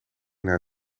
naar